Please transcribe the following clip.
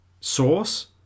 source